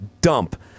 dump